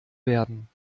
werden